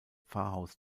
pfarrhaus